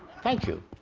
thank you.